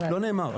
לא נאמר.